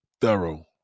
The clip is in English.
thorough